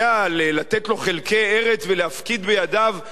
לתת לו חלקי ארץ ולהפקיד בידיו כדי